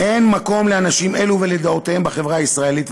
אין מקום לאנשים אלו ולדעותיהם בחברה הישראלית.